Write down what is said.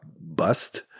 bust